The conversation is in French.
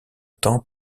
temps